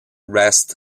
rest